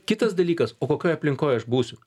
kitas dalykas o kokioj aplinkoj aš būsiu